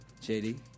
JD